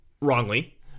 wrongly